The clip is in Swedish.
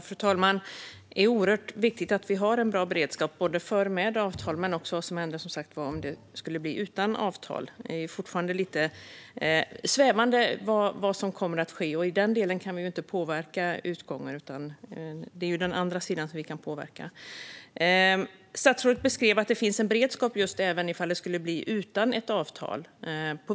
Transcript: Fru talman! Det är oerhört viktigt att vi har en bra beredskap om det sker med avtal men också om det skulle bli utan avtal. Det är fortfarande lite svävande kring vad som kommer att ske. I den delen kan vi ju inte påverka utgången, utan det är den andra sidan vi kan påverka. Statsrådet beskrev att det finns en beredskap även i fall det skulle bli utträde utan ett avtal.